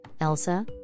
Elsa